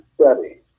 study